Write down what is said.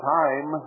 time